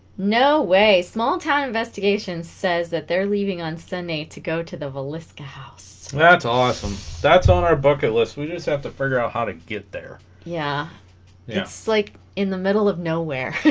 no way small town investigation says that they're leaving on sunday to go to the villisca house that's awesome that's on our bucket list we just have to figure out how to get there yeah yes like in the middle of nowhere